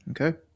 Okay